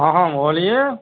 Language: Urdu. ہاں ہاں بولیے